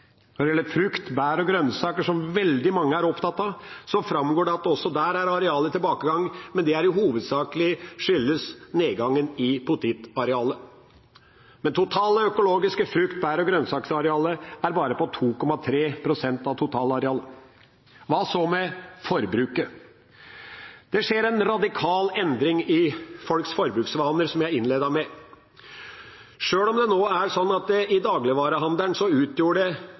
Når det gjelder frukt, bær og grønnsaker, som veldig mange er opptatt av, framgår det at også der er arealet i tilbakegang, men at det i hovedsak skyldes nedgangen i potetarealet. Det totale økologiske frukt-, bær- og grønnsaksarealet er bare på 2,3 pst. av totalareal. Hva så med forbruket? Det skjer en radikal endring i folks forbruksvaner, som jeg innledet med. Sjøl om det nå er sånn at i dagligvarehandelen utgjorde